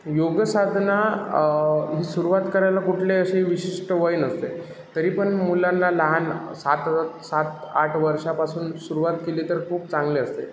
योगसाधना ही सुरुवात करायला कुठले असे विशिष्ट वय नसते तरी पण मुलांना लहान सात व सात आठ वर्षापासून सुरुवात केली तर खूप चांगले असते